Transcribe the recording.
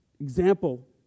Example